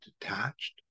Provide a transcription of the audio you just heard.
detached